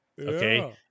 Okay